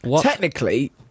Technically